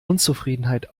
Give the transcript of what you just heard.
unzufriedenheit